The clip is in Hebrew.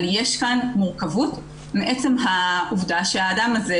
אבל יש כאן מורכבות מעצם העובדה שהאדם הזה